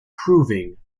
proving